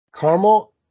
Caramel